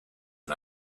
and